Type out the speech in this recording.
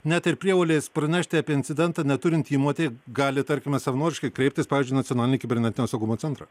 net ir prievolės pranešti apie incidentą neturinti įmotė gali tarkime savanoriškai kreiptis pavyzdžiui nacionalinį kibernetinio saugumo centrą